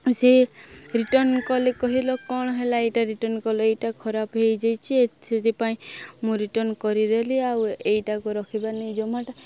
ସେ ରିଟର୍ନ କଲେ କହିଲ କ'ଣ ହେଲା ଏଇଟା ରିଟର୍ନ କଲ ଏଇଟା ଖରାପ ହେଇଯାଇଛି ଏ ସେଥିପାଇଁ ମୁଁ ରିଟର୍ନ କରିଦେଲି ଆଉ ଏଇଟାକୁ ରଖିବାନି ଜୋମାଟୋ